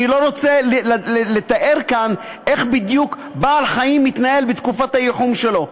אני לא רוצה לתאר כאן איך בדיוק בעל-חיים מתנהל בתקופת הייחום שלו,